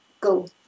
go